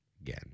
Again